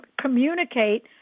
communicate